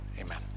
amen